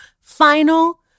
Final